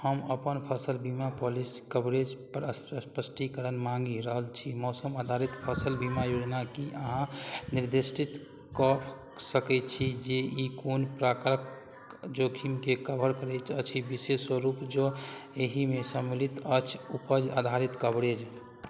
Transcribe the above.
हम अपन फसिल बीमा पॉलिसीके कवरेजपर अस स्पष्टीकरण माँगि रहल छी मौसम आधारित फसिल बीमा योजना कि अहाँ निर्दिष्ट कऽ सकै छी जे ई कोन प्रकारके जोखिमकेँ कवर करैत अछि विशेष रूप जँ एहिमे सम्मिलित अछि उपज आधारित कवरेज